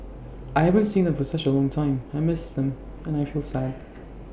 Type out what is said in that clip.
I haven't seen them for such A long time I miss them and I feel sad